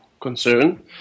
concern